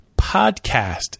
podcast